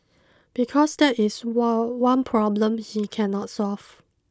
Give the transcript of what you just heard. because that is the what one problem he cannot solve